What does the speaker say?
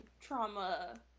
Trauma